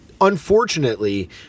unfortunately